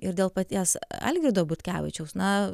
ir dėl paties algirdo butkevičiaus na